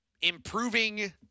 improving